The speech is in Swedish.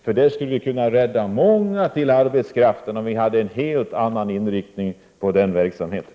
Vi skulle kunna rädda många kvar i arbetet om vi hade en helt annan inriktning på den verksamheten.